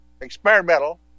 experimental